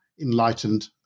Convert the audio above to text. enlightened